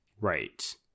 Right